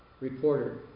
Reporter